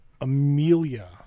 amelia